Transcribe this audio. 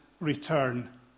return